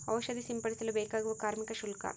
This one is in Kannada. ಔಷಧಿ ಸಿಂಪಡಿಸಲು ಬೇಕಾಗುವ ಕಾರ್ಮಿಕ ಶುಲ್ಕ?